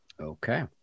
Okay